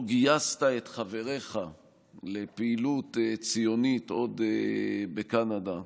גייסת את חבריך לפעילות ציונית עוד בקנדה,